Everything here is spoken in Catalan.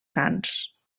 sants